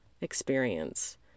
experience